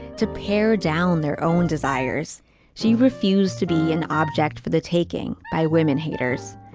to pare down their own desires she refused to be an object for the taking by women haters.